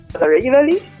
regularly